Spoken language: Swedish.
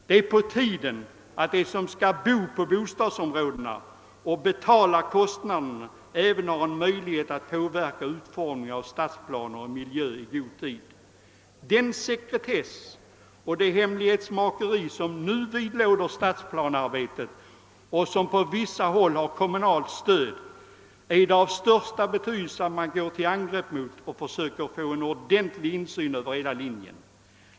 Det är på tiden att de som skall bo i bostadsområdena och betala kostnaden även har en möjlighet att i god tid påverka utformningen av stadsplaner och miljö. Den sekretess och det hemlighetsmakeri som nu vidlåder stadsplanearbetet och som på vissa håll har kommunalt stöd är det av största betydelse att gå till angrepp mot och försöka få en ordentlig insyn över hela linjen.